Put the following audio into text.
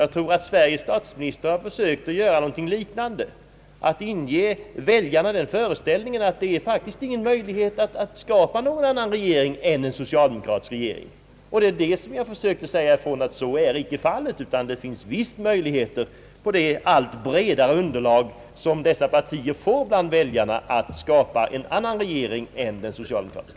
Jag tror att Sveriges statsminister har försökt göra något liknande, nämligen att inge väljarna den föreställningen, att det inte finns någon möjlighet att skapa någon annan regering än en socialdemokratisk regering. Det är det jag försöker säga icke är fallet, utan ati det verkligen finns möjligheter, genom det allt bredare underlag som de borgerliga partierna får hos väljarna, att skapa en annan regering än en socialdemokratisk.